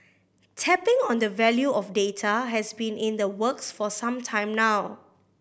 tapping on the value of data has been in the works for some time now